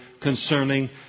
concerning